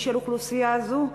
1. האם קיים מיפוי של אוכלוסייה זו?